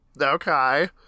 Okay